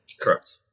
Correct